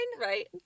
right